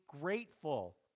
grateful